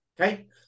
okay